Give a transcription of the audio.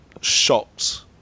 shocked